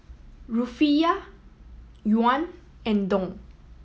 Rufiyaa Yuan and Dong